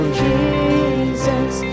Jesus